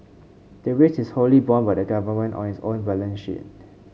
the risk is wholly borne by the government on its own balance sheet